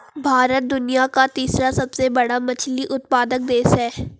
भारत दुनिया का तीसरा सबसे बड़ा मछली उत्पादक देश है